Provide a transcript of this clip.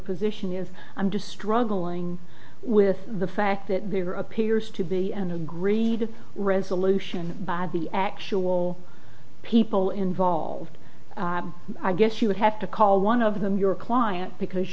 position is under struggling with the fact that we were appears to be an agreed resolution by the actual people involved i guess you would have to call one of them your client because